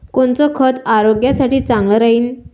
कोनचं खत आरोग्यासाठी चांगलं राहीन?